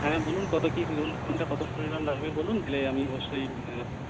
হ্যাঁ বলুন কত কী কোনটা কত পরিমাণ লাগবে বলুন তাহলে আমি অবশ্যই